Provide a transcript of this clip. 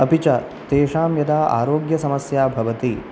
अपि च तेषां यदा आरोग्यसमस्या भवति